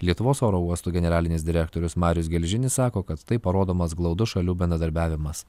lietuvos oro uostų generalinis direktorius marius gelžinis sako kad taip parodomas glaudus šalių bendradarbiavimas